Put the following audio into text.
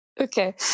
Okay